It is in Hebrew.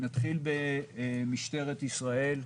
נתחיל במשטרת ישראל.